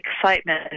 excitement